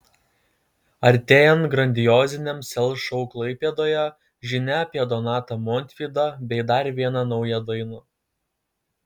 artėjant grandioziniam sel šou klaipėdoje žinia apie donatą montvydą bei dar vieną naują dainą